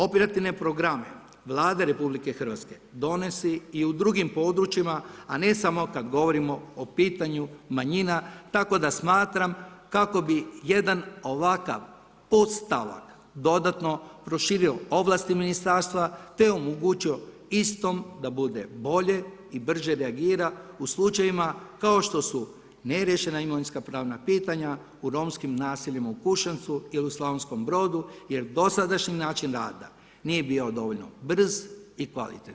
Operativne programe Vlade RH donosi i u drugim područjima, a ne samo kada govorimo o pitanju manjina, tako da smatram, kako bi jedan ovakav podstavka dodatno proširio ovlasti ministarstva te omogućio istom da bude bolje i brže reagira u slučajeva, kao što su neriješena imovinska pravna pitanja u Romskim nasiljima u Kušancu ili u Slavonskom Brodu, jer dosadašnjim načinom rada nije bio dovoljno brz i kvalitetan.